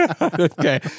Okay